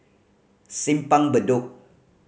Simpang Bedok